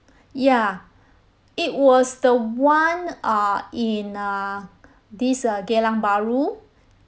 ya it was the one uh in uh this uh geylang bahru